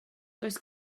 does